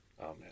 Amen